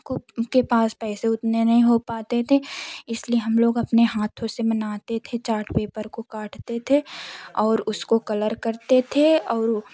कुछ के पास पैसे उतने नहीं हो पाते इसलिए हम लोग अपने हाथों से बनाते थे चाट पेपर को काटते थे और उसको कलर करते थे और